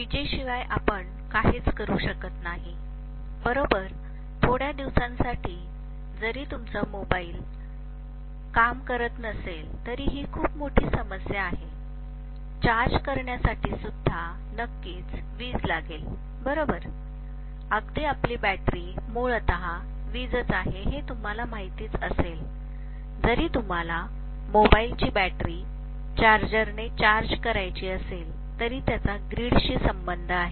विजेशिवाय आपण काहीच करू शकत नाही बरोबर थोड्या दिवसांसाठी जरी तुमचा मोबाईल जर काम करत नसेल तरी ही खूप मोठी समस्या आहे चार्ज करण्यासाठीसुद्धा नक्कीच वीज लागेल बरोबर अगदी आपली बॅटरी मुळतः वीजच आहे हे तुम्हाला माहितीच असेल जरी तुम्हाला मोबाईलची बॅटरी चार्जर ने चार्ज करायची असेल तरी त्याचा ग्रीड शी संबंध आहे